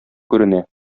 күренә